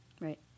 Right